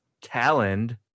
talent